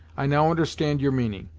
i now understand your meaning,